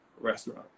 restaurant